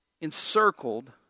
encircled